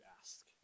ask